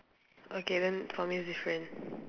okay then for me is different